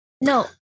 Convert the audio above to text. no